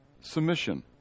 submission